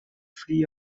free